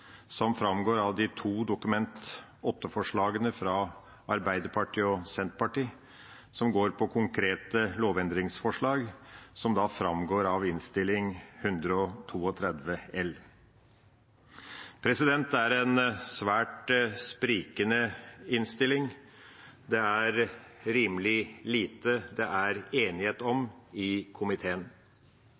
som framgår av de to Dokument 8-forslagene fra Arbeiderpartiet og Senterpartiet som går på konkrete lovendringsforslag, som da framgår av Innst. 132 L. Det er en svært sprikende innstilling. Det er rimelig lite det er enighet om i komiteen.